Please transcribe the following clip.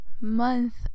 month